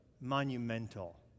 monumental